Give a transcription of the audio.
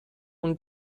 اون